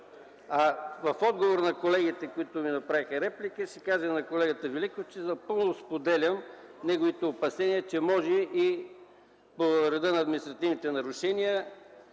А в отговор на колегите, които ми направиха реплика, ще кажа на колегата Великов, че напълно споделям неговите опасения, че може по реда на административните нарушения